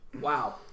Wow